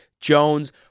Jones